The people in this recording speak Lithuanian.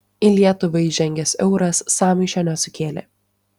į lietuvą įžengęs euras sąmyšio nesukėlė